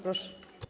Proszę.